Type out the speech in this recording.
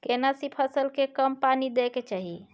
केना सी फसल के कम पानी दैय के चाही?